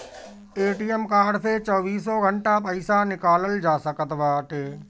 ATM card से चौबीसों घंटा पईसा निकालल जा सकत बाटे